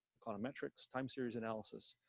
econometrics, time series analysis,